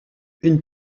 une